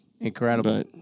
Incredible